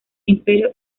imperio